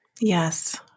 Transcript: Yes